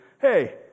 hey